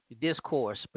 discourse